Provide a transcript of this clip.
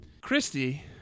christy